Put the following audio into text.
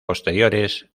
posteriores